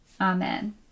amen